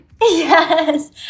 Yes